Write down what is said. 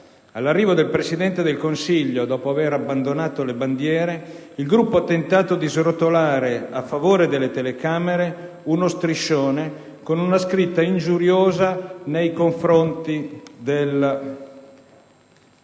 all'arrivo del Presidente del Consiglio, dopo aver abbandonato le bandiere, il gruppo ha tentato di srotolare a favore delle telecamere uno striscione con una scritta ingiuriosa nei confronti del